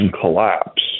collapse